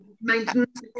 maintenance